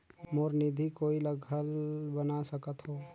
मोर निधि कोई ला घल बना सकत हो?